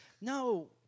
No